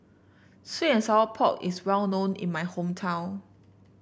sweet and Sour Pork is well known in my hometown